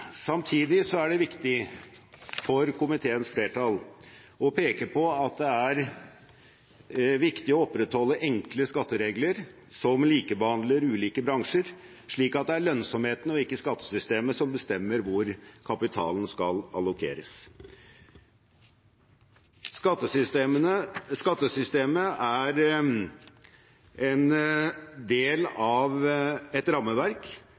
Samtidig er det viktig for komiteens flertall å peke på at det er viktig å opprettholde enkle skatteregler som likebehandler ulike bransjer, slik at det er lønnsomheten og ikke skattesystemet som bestemmer hvor kapitalen skal allokeres. Skattesystemet er en del av et rammeverk